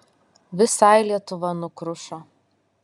visai lietuva nukrušo